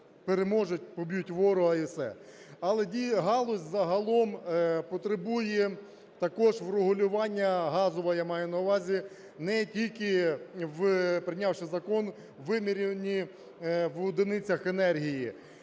переможуть, поб'ють ворога і все. Але галузь загалом потребує також врегулювання, газова я маю на увазі, не тільки прийнявши закон виміряння в одиницях енергії.